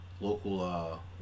local